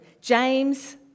James